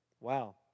Wow